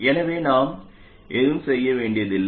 எனவே நாம் எதுவும் செய்ய வேண்டியதில்லை